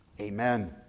Amen